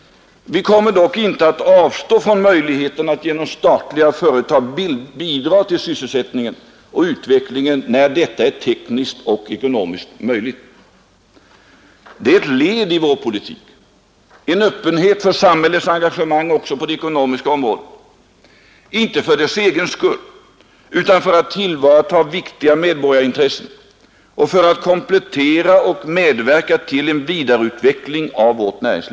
Vi kommer dock inte att avstå från möjligheten att genom statliga företag bidra till sysselsättningen och utvecklingen när detta är tekniskt och ekonomiskt möjligt. Det är ett led i vår politik: en öppenhet för samhällets engagemang också på det ekonomiska området, inte för dess egen skull utan för att tillvarata viktiga medborgarintressen och för att komplettera och medverka till'en vidareutveckling av vårt näringsliv.